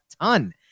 ton